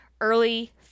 early